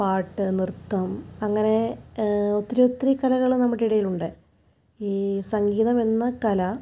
പാട്ട് നൃത്തം അങ്ങനെ ഒത്തിരി ഒത്തിരി കലകൾ നമ്മുടെ ഇടയിലുണ്ട് ഈ സംഗീതം എന്ന കല